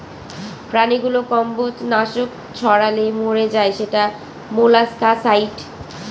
প্রাণীগুলো কম্বজ নাশক ছড়ালে মরে যায় সেটা মোলাস্কাসাইড